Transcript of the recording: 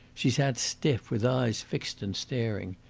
she sat stiff, with eyes fixed and staring.